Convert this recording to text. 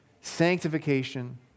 sanctification